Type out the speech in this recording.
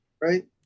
Right